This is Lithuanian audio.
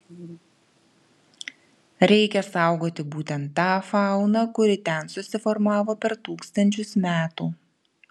reikia saugoti būtent tą fauną kuri ten susiformavo per tūkstančius metų